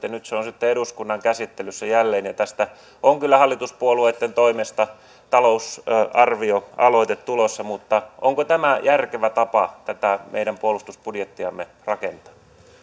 ja nyt se on sitten eduskunnan käsittelyssä jälleen ja tästä on kyllä hallituspuolueitten toimesta talousarvioaloite tulossa onko tämä järkevä tapa tätä meidän puolustusbudjettiamme rakentaa